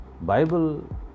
Bible